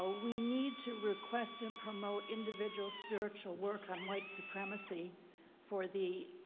we need to request and promote individual spiritual work on white supremacy for the